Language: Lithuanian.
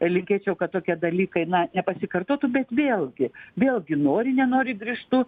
linkėčiau kad tokie dalykai nepasikartotų bet vėlgi vėlgi nori nenori grįžtu